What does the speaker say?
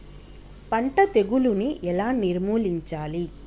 పంట తెగులుని ఎలా నిర్మూలించాలి?